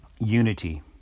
unity